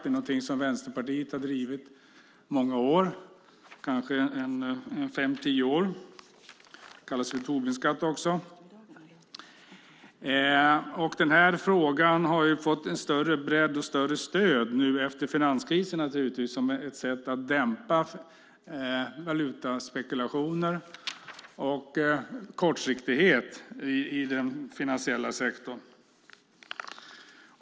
Det är något som Vänsterpartiet har drivit i många, kanske fem till tio, år. Frågan har fått en större bredd och ett större stöd efter finanskrisen. Denna skatt är ett sätt att dämpa valutaspekulationer och kortsiktighet i den finansiella sektorn.